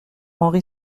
henri